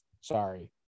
Sorry